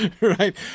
Right